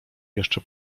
jeszcze